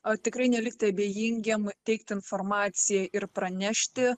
a tikrai nelikti abejingiem teikti informaciją ir pranešti